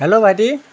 hello ভাইটি